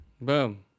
Boom